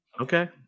Okay